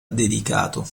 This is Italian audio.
dedicato